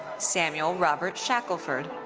samuel robert shackleford.